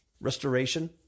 restoration